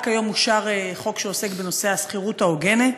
רק היום אושר חוק שעוסק בנושא השכירות ההוגנת,